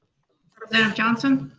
representative johnson?